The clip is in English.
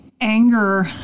anger